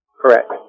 Correct